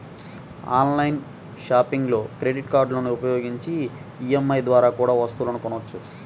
online షాపింగ్లో credit కార్డులని ఉపయోగించి ఈ.ఎం.ఐ ద్వారా కూడా వస్తువులను కొనొచ్చు